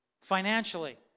Financially